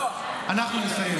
אנחנו נסיים.